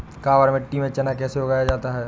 काबर मिट्टी में चना कैसे उगाया जाता है?